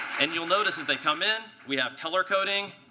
and you'll notice, as they come in, we have color coding